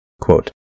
Quote